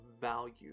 value